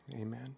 Amen